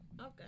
okay